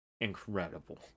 incredible